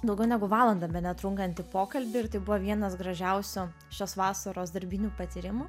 daugiau negu valandą bene trunkantį pokalbį ir tai buvo vienas gražiausių šios vasaros darbinių patyrimų